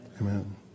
Amen